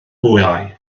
bwâu